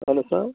hello sir